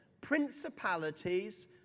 principalities